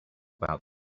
about